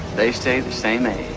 they stay the same age.